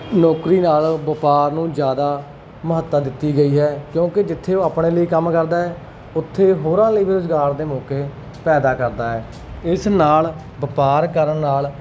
ਨੌਕਰੀ ਨਾਲ ਵਪਾਰ ਨੂੰ ਜ਼ਿਆਦਾ ਮਹੱਤਤਾ ਦਿੱਤੀ ਗਈ ਹੈ ਕਿਉਂਕਿ ਜਿੱਥੇ ਉਹ ਆਪਣੇ ਲਈ ਕੰਮ ਕਰਦਾ ਹੈ ਉੱਥੇ ਹੋਰਾਂ ਲਈ ਵੀ ਰੁਜ਼ਗਾਰ ਦੇ ਮੌਕੇ ਪੈਦਾ ਕਰਦਾ ਹੈ ਇਸ ਨਾਲ ਵਪਾਰ ਕਰਨ ਨਾਲ